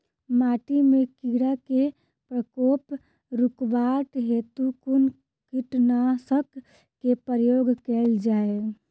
माटि मे कीड़ा केँ प्रकोप रुकबाक हेतु कुन कीटनासक केँ प्रयोग कैल जाय?